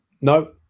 No